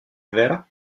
vera